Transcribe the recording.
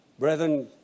Brethren